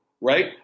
right